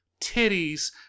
titties